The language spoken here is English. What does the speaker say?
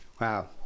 wow